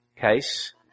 case